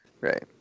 Right